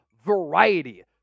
variety